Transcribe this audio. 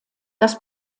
das